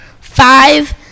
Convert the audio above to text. five